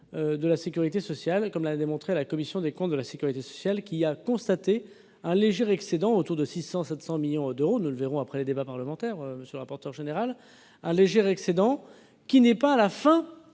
de la sécurité sociale. C'est ce qu'a démontré la commission des comptes de la sécurité sociale, qui a constaté un léger excédent, entre 600 et 700 millions d'euros. Nous y reviendrons après le débat parlementaire, monsieur le rapporteur général. Ce léger excédent n'est pas la fin